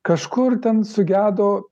kažkur ten sugedo